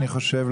אני חושב,